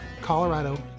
Colorado